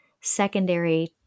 secondary